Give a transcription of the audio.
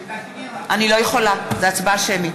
לא יכולה, זו הצבעה שמית.